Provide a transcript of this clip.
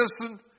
listen